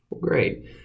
great